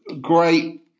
great